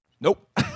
Nope